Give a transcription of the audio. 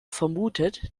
vermutet